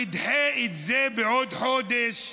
תדחה את זה בעוד חודש.